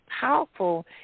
powerful